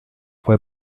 fue